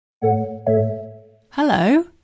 Hello